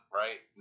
right